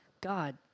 God